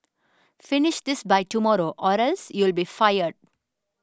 finish this by tomorrow or else you'll be fired